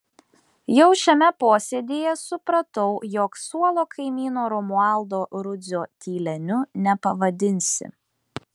jau šiame posėdyje supratau jog suolo kaimyno romualdo rudzio tyleniu nepavadinsi